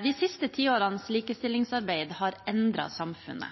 De siste tiårenes likestillingsarbeid har endret samfunnet.